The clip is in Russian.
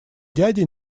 дядей